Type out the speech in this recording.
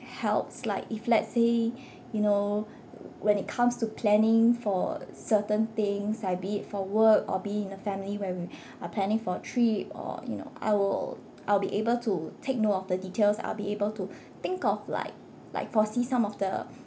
helps like if let's say you know when it comes to planning for certain things like be it for work or be it in a family where we are planning for trip or you know I will I'll be able to take note of the details I'll be able to think of like like foresee some of the